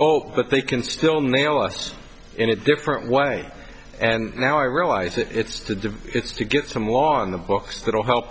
oh but they can still nail us in a different way and now i realize it's to get some law on the books that will help